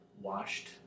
washed